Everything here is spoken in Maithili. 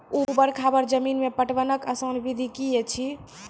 ऊवर खाबड़ जमीन मे पटवनक आसान विधि की ऐछि?